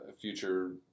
future